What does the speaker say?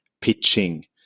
pitching